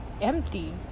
empty